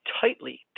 tightly